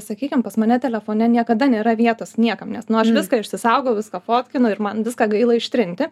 sakykim pas mane telefone niekada nėra vietos niekam nes nu aš viską išsisaugau viską fotkinu ir man viską gaila ištrinti